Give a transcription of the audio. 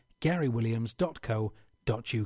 garywilliams.co.uk